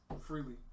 freely